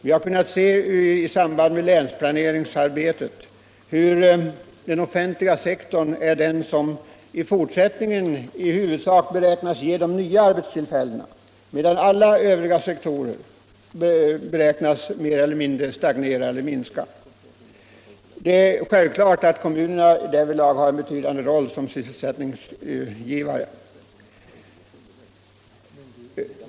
Vi har kunnat se i samband med länsplaneringsarbetet hur den offentliga sektorn är den som i fortsättningen i huvudsak beräknas ge de nya arbetstillfällena, medan alla övriga sektorer beräknas stagnera eller minska. Det är alltså uppenbart att kommunerna spelar en betydande roll som sysselsättningsgivare.